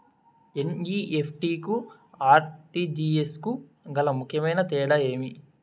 NEFT కు RTGS కు గల ముఖ్యమైన తేడా ఏమి?